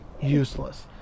useless